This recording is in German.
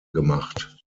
gemacht